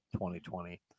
2020